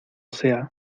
sea